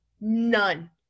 none